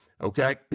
okay